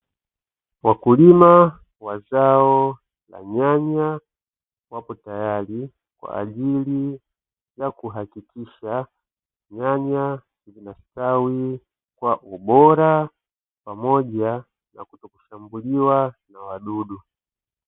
Wakulima wa zao la nyanya, wapo tayari kwa ajili ya kuhakikisha nyanya zinastawi kwa ubora, pamoja na kutokushambuliwa na wadudu.